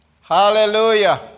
Hallelujah